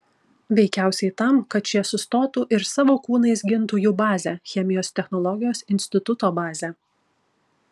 veikiausiai tam kad šie sustotų ir savo kūnais gintų jų bazę chemijos technologijos instituto bazę